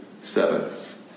sevens